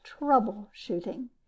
troubleshooting